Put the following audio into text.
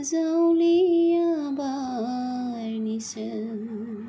जावलिया बारनिसो